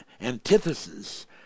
antithesis